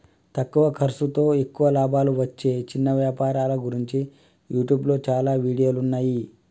తక్కువ ఖర్సుతో ఎక్కువ లాభాలు వచ్చే చిన్న వ్యాపారాల గురించి యూట్యూబ్లో చాలా వీడియోలున్నయ్యి